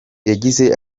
yagize